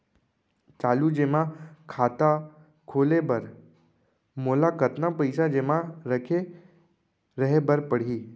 चालू जेमा खाता खोले बर मोला कतना पइसा जेमा रखे रहे बर पड़ही?